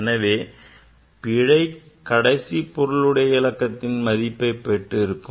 எனவே பிழை கடைசி பொருளுடைய இலக்கத்தின் மதிப்பை பெற்றிருக்கும்